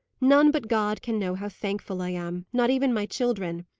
none but god can know how thankful i am not even my children.